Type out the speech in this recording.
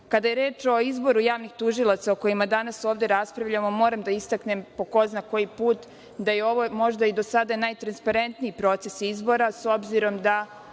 je reč o izboru javnih tužilaca, o kojima danas ovde raspravljamo, moram da istaknem po ko zna koji put da je ovo možda do sada najtransparentniji proces izbora, s obzirom da